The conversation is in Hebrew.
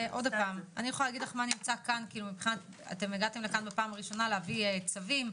אתם הגעתם לכאן בפעם הראשונה להביא צווים.